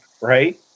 right